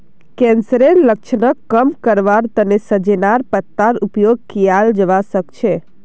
कैंसरेर लक्षणक कम करवार तने सजेनार पत्तार उपयोग कियाल जवा सक्छे